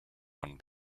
one